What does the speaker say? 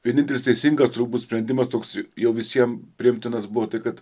vienintelis teisingas turbūt sprendimas toks jau visiem priimtinas buvo tai kad